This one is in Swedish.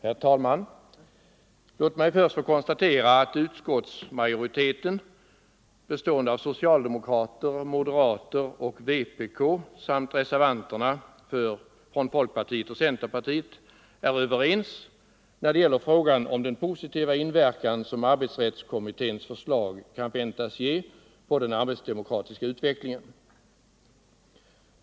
Herr talman! Låt mig först få konstatera att utskottsmajoriteten, bestående av socialdemokratiska, moderata och vänsterpartistiska ledamöter, samt reservanterna från folkpartiet och centerpartiet är överens när det gäller frågan om den positiva inverkan som arbetsrättskommitténs förslag kan väntas ha på den arbetsdemokratiska utvecklingen.